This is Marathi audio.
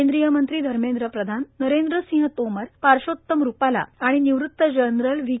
केंद्रीय मंत्री धर्मेद्र प्रधान नरेंद्र सिंह तोमर पार्शोत्तम रुपाला आणि निवृत्त जनरल व्ही